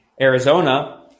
Arizona